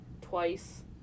twice